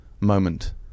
moment